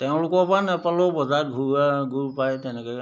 তেওঁলোকৰ পৰা নেপালেও বজাৰত ঘৰুৱা গুৰ পায় তেনেকৈ